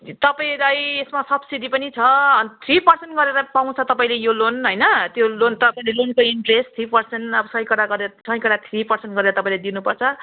तपाईँलाई यसमा सब्सिडी पनि छ थ्री पर्सेन्ट गरेर पाउँछ तपाईँले यो लोन होइन त्यो लोन तपाईँले लोनको इन्ट्रेस्ट थ्री पर्सेन्ट अब सैकडा गरेर सैकडा थ्री पर्सेन्ट गरेर तपाईँले दिनुपर्छ